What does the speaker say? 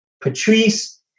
Patrice